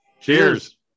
Cheers